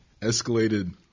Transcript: escalated